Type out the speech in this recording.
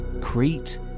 Crete